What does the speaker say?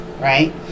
right